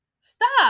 stop